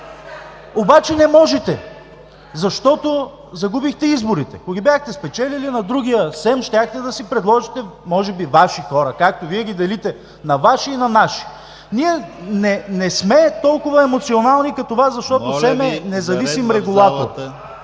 Обаче не можете, защото загубихте изборите. Ако ги бяхте спечелили, на другия СЕМ щяхте да си предложите, може би, Ваши хора, както Вие ги делите – на Ваши и на наши. Ние не сме толкова емоционални като Вас, защото СЕМ е независим регулатор.